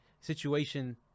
situation